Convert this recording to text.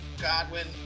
Godwin